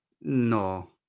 No